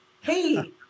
Hey